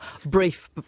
brief